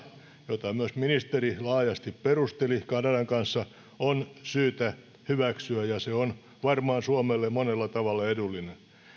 jota myös ministeri laajasti perusteli kanadan kanssa on syytä hyväksyä ja se on varmaan suomelle monella tavalla edullinen